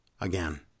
again